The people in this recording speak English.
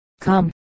come